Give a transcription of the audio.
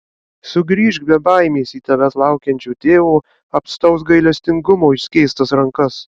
sugrįžk be baimės į tavęs laukiančio tėvo apstaus gailestingumo išskėstas rankas